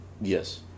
Yes